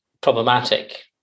problematic